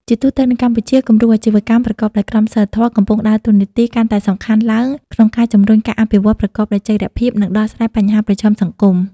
ជាទូទៅនៅកម្ពុជា គំរូអាជីវកម្មប្រកបដោយក្រមសីលធម៌កំពុងដើរតួនាទីកាន់តែសំខាន់ឡើងក្នុងការជំរុញការអភិវឌ្ឍប្រកបដោយចីរភាព និងដោះស្រាយបញ្ហាប្រឈមសង្គម ។